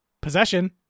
possession